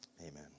amen